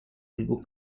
legal